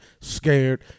scared